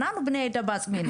אנחנו בני העדה עצמנו.